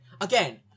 Again